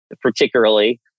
particularly